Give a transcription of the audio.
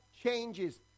changes